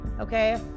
okay